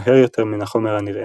מהר יותר מן החומר הנראה.